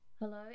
Hello